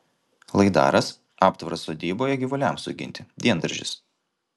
laidaras aptvaras sodyboje gyvuliams suginti diendaržis